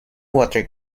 water